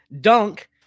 dunk